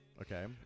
Okay